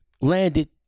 landed